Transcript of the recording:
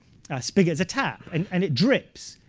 spigot is a tap and and it drips,